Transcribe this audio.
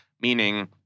meaning